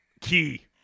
Key